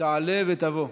תעלה ותבוא.